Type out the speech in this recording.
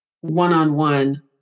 one-on-one